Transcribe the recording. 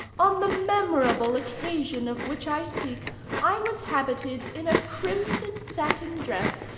on the memorable occasion of which i speak i was habited in a crimson satin dress,